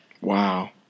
Wow